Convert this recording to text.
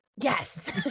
Yes